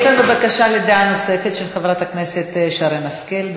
יש לנו דעה נוספת, של חברת הכנסת שרן השכל.